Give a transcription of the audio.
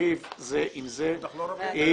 לריב זה עם זה, זאת הטעות.